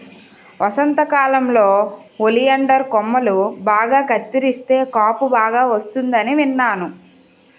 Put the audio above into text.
వసంతకాలంలో ఒలియండర్ కొమ్మలు బాగా కత్తిరిస్తే కాపు బాగా వస్తుందని విన్నాను